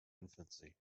infancy